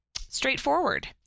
straightforward